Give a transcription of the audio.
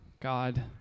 God